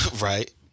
right